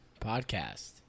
Podcast